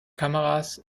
kameras